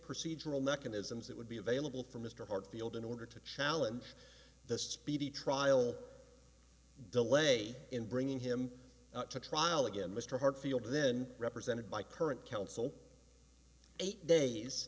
procedural mechanisms that would be available for mr hartsfield in order to challenge the speedy trial delay in bringing him to trial again mr hartfield then represented by current counsel eight days